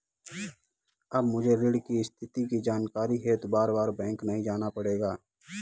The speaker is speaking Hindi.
अब मुझे ऋण की स्थिति की जानकारी हेतु बारबार बैंक नहीं जाना पड़ेगा